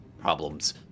problems